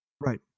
Right